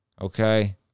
Okay